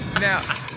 Now